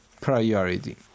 priority